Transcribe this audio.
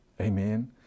Amen